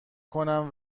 کنم